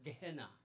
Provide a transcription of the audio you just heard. Gehenna